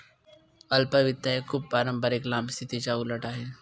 अल्प वित्त एक खूप पारंपारिक लांब स्थितीच्या उलट आहे